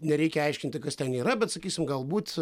nereikia aiškinti kas ten yra bet sakysim galbūt